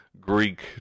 Greek